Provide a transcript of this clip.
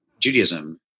Judaism